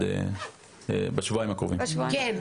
כן.